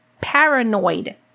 paranoid